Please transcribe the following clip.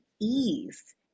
ease